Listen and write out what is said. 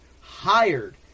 hired